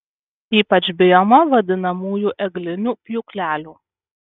ypač bijoma vadinamųjų eglinių pjūklelių